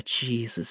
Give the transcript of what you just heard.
Jesus